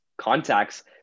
contacts